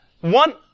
one